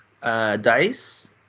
dice